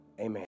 Amen